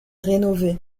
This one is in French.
rénovées